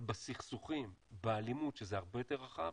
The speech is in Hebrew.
אבל בסכסוכים, באלימות, שזה הרבה יותר רחב,